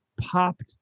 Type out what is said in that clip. popped